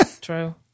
True